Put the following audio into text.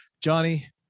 Johnny